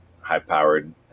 high-powered